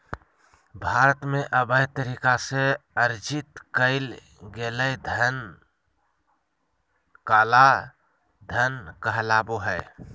भारत में, अवैध तरीका से अर्जित कइल गेलय धन काला धन कहलाबो हइ